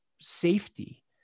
safety